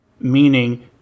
Meaning